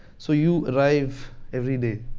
so you arrive every day,